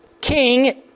king